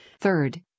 Third